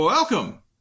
welcome